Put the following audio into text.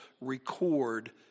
record